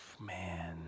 Man